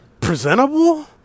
presentable